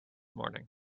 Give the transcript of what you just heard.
morning